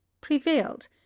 prevailed